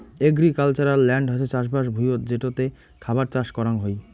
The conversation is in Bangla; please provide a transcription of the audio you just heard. এগ্রিক্যালচারাল ল্যান্ড হসে চাষবাস ভুঁইয়ত যেটোতে খাবার চাষ করাং হই